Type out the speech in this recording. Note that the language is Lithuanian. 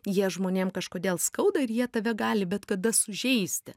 jie žmonėm kažkodėl skauda ir jie tave gali bet kada sužeisti